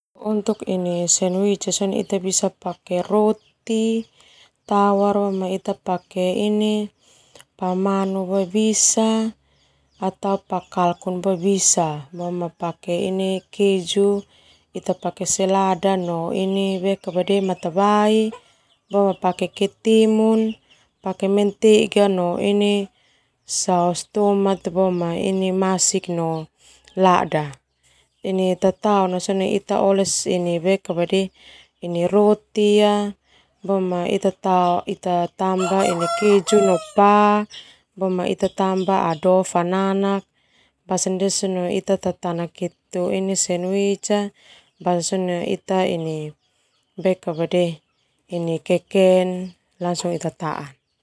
Untuk sandwich ita bisa pake roti tawar pa manu boe bisa pake ini keju ita pake selada no matabai pake mentega no saos tomat masik no lada.